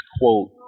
quote